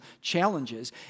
challenges